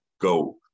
go